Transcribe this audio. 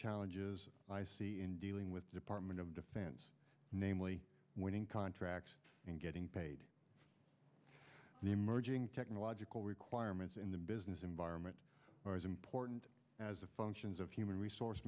challenges in dealing with department of defense namely winning contracts and getting paid the emerging technological requirements in the business environment are as important as the functions of human resource